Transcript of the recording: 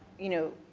you know,